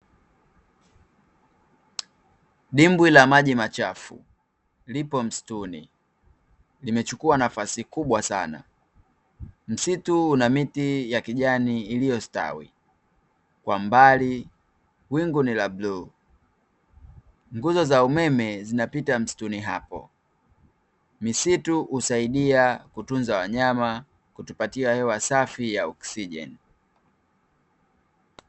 Dimbwi la maji machafu, lipo msituni limechukua nafasi kubwa sana. Msitu una miti ya kijani iliyostawi, kwa mbali wingu ni la bluu. Nguzo za umeme zinapita msituni hapo. Misitu husaidia kutunza wanyama, kutupatia hewa safi ya oksijeni.